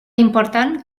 important